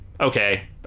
okay